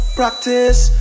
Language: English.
practice